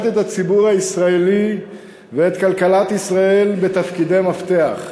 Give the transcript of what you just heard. את הציבור הישראלי ואת כלכלת ישראל בתפקידי מפתח.